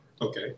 okay